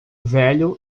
velho